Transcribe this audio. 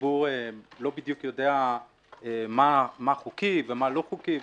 והציבור לא בדיוק יודע מה חוקי ומה לא חוקי.